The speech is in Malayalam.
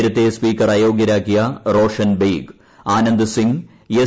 നേരത്തേ സ്പീക്കർ അയോഗ്യരാക്കിയ റോഷൻ ബെയ്ഗ് ആനന്ദ് സിങ് എസ്